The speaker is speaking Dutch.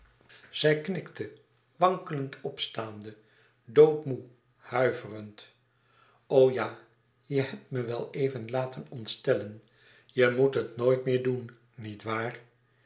zij knikte wankelend opstaande doodmoê huiverend o ja je hebt me wel even laten ontstellen je moet het nooit meer doen nietwaar